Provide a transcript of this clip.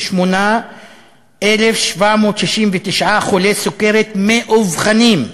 458,769 חולי סוכרת מאובחנים,